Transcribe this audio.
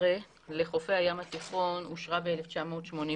תמ"א 13 לחופי הים התיכון אושרה ב-1983